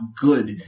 good